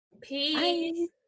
Peace